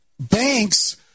banks